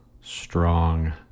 strong